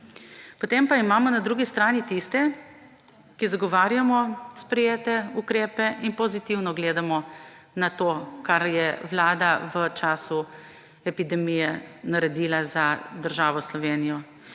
Potem pa imamo na drugi strani tiste, ki zagovarjamo sprejete ukrepe in pozitivno gledamo na to, kar je vlada v času epidemije naredila za državo Slovenijo,